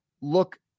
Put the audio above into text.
look